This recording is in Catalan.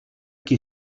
qui